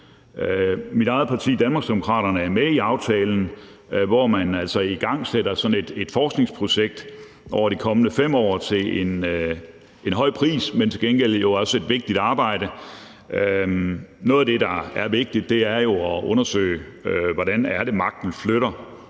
Mit eget parti, Danmarksdemokraterne, er med i aftalen, hvor man altså igangsætter sådan et forskningsprojekt over de kommende 5 år til en høj pris, men det er jo til gengæld også et vigtigt arbejde. Noget af det, der er vigtigt, er jo at undersøge, hvordan det er, magten flytter.